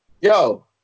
yo